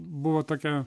buvo tokia